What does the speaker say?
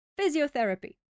physiotherapy